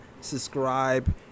subscribe